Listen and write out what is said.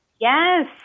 Yes